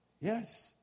Yes